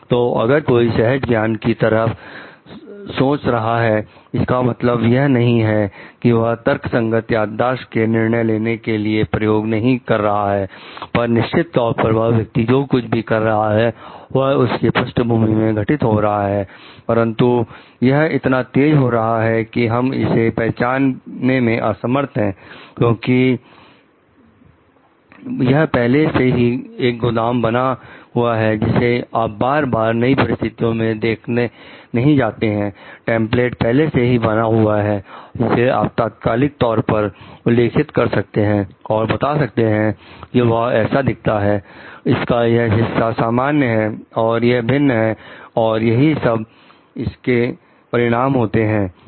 तो अगर कोई सहज ज्ञान की तरह सोच रहा है इसका यह मतलब नहीं है कि वह तर्कसंगत याददाश्त को निर्णय लेने के लिए प्रयोग नहीं कर रहा है पर निश्चित तौर पर वह व्यक्ति जो कुछ भी कर रहा है वह उसके पृष्ठभूमि में घटित हो रहा है परंतु यह इतना तेज हो रहा है कि हम इसे पहचानने में असमर्थ हैं क्योंकि यह पहले से ही एक गोदाम बना हुआ है जिसे आप बार बार नई परिस्थितियों में देखने नहीं जाते हैं टेंपलेट पहले से ही बना हुआ है जिसे आप तात्कालिक तौर पर उल्लेखित कर सकते हैं और बता सकते हैं कि वह ऐसा दिखता है इसका यह हिस्सा सामान्य है और यह भिन्न है और यही सब इसके परिणाम होते हैं